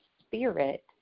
spirit